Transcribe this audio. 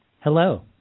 Hello